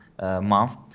month